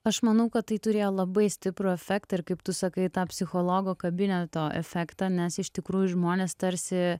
aš manau kad tai turėjo labai stiprų efektą ir kaip tu sakai tą psichologo kabineto efektą nes iš tikrųjų žmonės tarsi